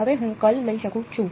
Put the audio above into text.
હવે હું કર્લ લઈ શકું છું